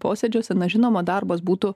posėdžiuose na žinoma darbas būtų